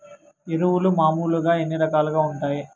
ఎరువులు మామూలుగా ఎన్ని రకాలుగా వుంటాయి?